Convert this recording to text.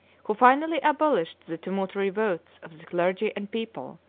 who finally abolished the tumultuary votes of the clergy and people,